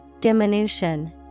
Diminution